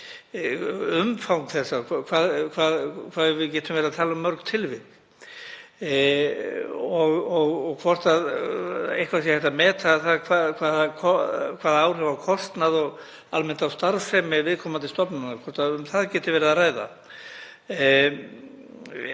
umfang þessa, hvað við getum verið að tala um mörg tilvik og hvort eitthvað sé hægt að meta áhrif á kostnað og almennt á starfsemi viðkomandi stofnunar? Getur verið um það að ræða?